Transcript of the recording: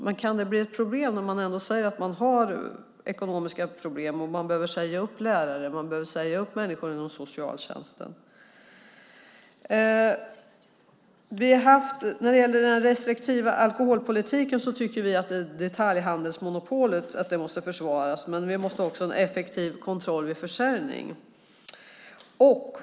Men kan det bli ett problem när man samtidigt har ekonomiska problem och behöver säga upp lärare och människor inom socialtjänsten? När det gäller den restriktiva alkoholpolitiken tycker vi att detaljhandelsmonopolet måste försvaras, men vi måste också ha en effektiv kontroll vid försäljning.